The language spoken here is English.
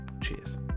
Cheers